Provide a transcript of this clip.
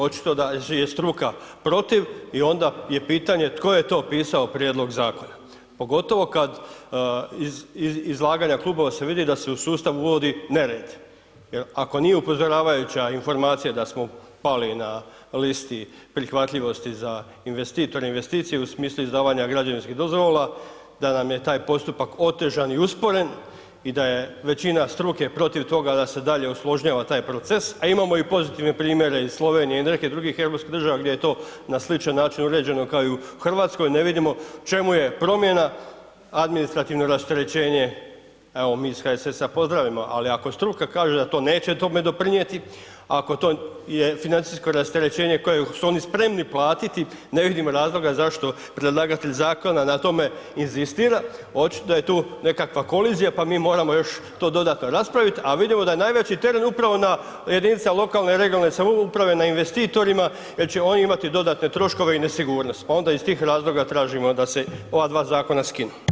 Očito da je struka protiv i onda je pitanje tko je to pisao prijedlog zakona pogotovo kad iz izlaganja klubova se vidi da se u sustav uvodi nered jer ako nije upozoravajuća informacija da smo pali na listi prihvatljivosti za investitore i investicije u smislu izdavanja građevinskih dozvola, da nam je taj postupak otežan i usporen i da je većina struke protiv toga da se dalje usložnjava taj proces a imamo i pozitivne primjere iz Slovenije i nekih drugih europskih država gdje je to na sličan način uređeno kao i u Hrvatskoj, ne vidimo u čemu je promjena administrativno rasterećenje, evo mi iz HSS-a pozdravljamo ali ako struka kaže da to neće tome doprinijeti, ako to je financijsko rasterećenje koje su oni spremni platiti, ne vidim razloga zašto predlagatelj zakona na tome inzistira, očito da je tu nekakva kolizija pa mi moramo još to dodatno raspravit a vidimo da je najveći teren upravo na jedinice lokalne i regionalne samouprave, na investitorima jer će oni imati dodatne troškove i nesigurnost pa onda iz tih razloga tražimo da se ova dva zakona skinu.